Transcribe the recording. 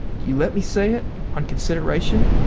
you let me say it? on consideration?